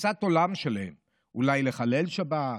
תפיסת עולם שלהם, אולי לחלל שבת,